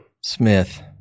Smith